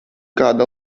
kāda